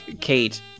Kate